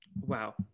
wow